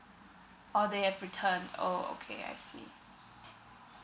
or they have returned oh okay I see